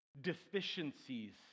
deficiencies